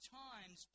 times